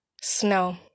snow